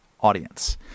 audience